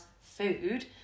food